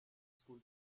school